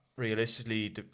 Realistically